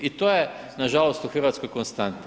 I to je nažalost u Hrvatskoj konstanta.